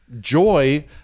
joy